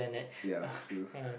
ya true